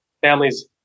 families